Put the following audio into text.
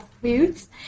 foods